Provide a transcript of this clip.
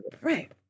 Right